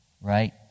right